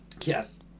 yes